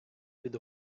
від